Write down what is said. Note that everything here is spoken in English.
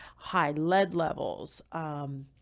high lead levels, um,